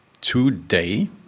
Today